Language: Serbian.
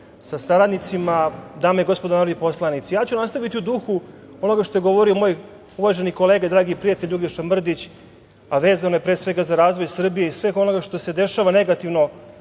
sa saradnicima, dame i gospodo narodni poslanici, ja ću nastaviti u duhu onoga što je govorio moj uvaženi kolega dragi prijatelj Uglješa Mrdić, a vezano je pre svega za razvoj Srbije i svega onoga što se dešava negativno